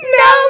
no